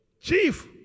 Chief